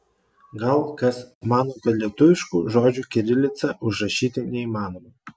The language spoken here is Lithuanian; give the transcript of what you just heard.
gal kas mano kad lietuviškų žodžių kirilica užrašyti neįmanoma